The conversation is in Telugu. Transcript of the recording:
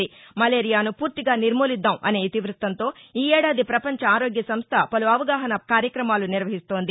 మలేరియాను ఫూర్తిగా నిర్మూలిద్దాం అనే ఇతివృత్తంతో ఈ ఏడాది పపంచ ఆరోగ్య సంస్ల పలు అవగాహనా కార్యక్రమాలు నిర్వహిస్తోంది